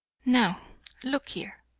now look here,